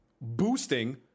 boosting